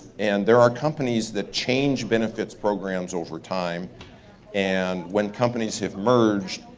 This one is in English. and there are companies that change benefits programs over time and when companies have merged,